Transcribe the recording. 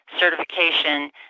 Certification